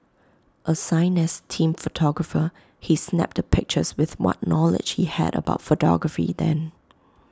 assigned as team photographer he snapped the pictures with what knowledge he had about photography then